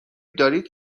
دارید